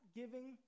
giving